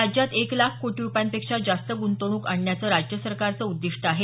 राज्यात एक लाख कोटी रुपयांपेक्षा जास्त ग्रंतवणूक आणण्याचं राज्य सरकारचं उद्दिष्ट आहे